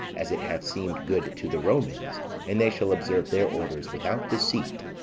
as it hath seemed good to the romans and they shall observe their orders without deceit.